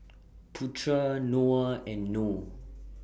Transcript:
Putra Noah and Noh